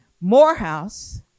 morehouse